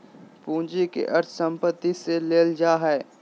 पूंजी के अर्थ संपत्ति से लेल जा हइ